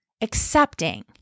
accepting